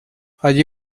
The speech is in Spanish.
allí